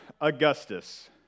Augustus